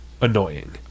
annoying